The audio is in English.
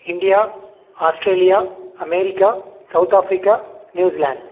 India Australia America South Africa New Zealand